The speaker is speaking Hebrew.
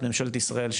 את ממשלת ישראל,